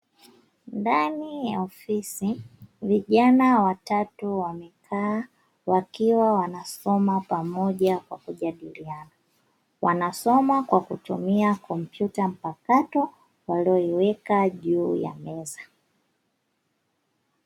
Ndani ya ofisi vijana watatu wamekaa wakiwa wanasoma pamoja kwa kujadiliana, wanasoma kwa kutumia kompyuta mpakato walioiweka juu ya meza.